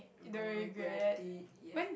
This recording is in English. don't regret it yup